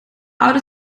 oude